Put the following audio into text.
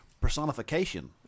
personification